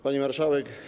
Pani Marszałek!